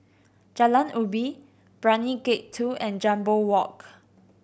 Jalan Ubi Brani Gate Two and Jambol Walk